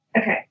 okay